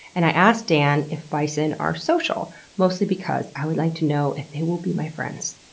and i asked dan if bison are social, mostly because i would like to know if they will be my friends.